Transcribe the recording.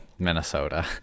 minnesota